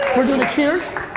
we're doing a cheers?